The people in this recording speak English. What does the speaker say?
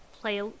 play